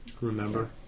Remember